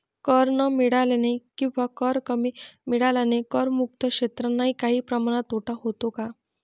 कर न मिळाल्याने किंवा कर कमी मिळाल्याने करमुक्त क्षेत्रांनाही काही प्रमाणात तोटा होतो का?